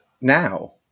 now